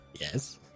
Yes